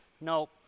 no